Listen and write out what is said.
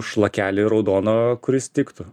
šlakelį raudono kuris tiktų